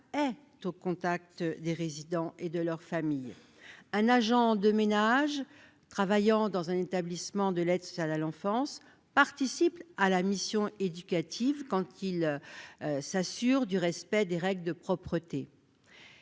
est au contact des résidents et de leur famille ; un agent de ménage travaillant dans un établissement de l'aide sociale à l'enfance (ASE) participe à la mission éducative quand il s'assure du respect des règles de propreté.